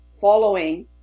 following